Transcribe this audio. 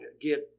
get